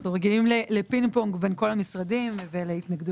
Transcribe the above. אנחנו רגילים לפינג-פונג בין כל המשרדים ולהתנגדויות.